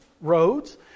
roads